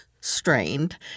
strained